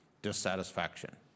dissatisfaction